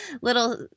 little